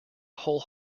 whole